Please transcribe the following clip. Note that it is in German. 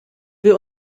wir